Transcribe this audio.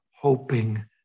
hoping